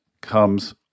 comes